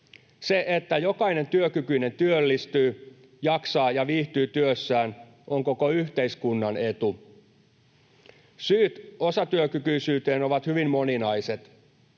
Se, että jokainen työkykyinen työllistyy sekä jaksaa ja viihtyy työssään, on koko yhteiskunnan etu. Syyt osatyökykyisyyteen ovat hyvin moninaiset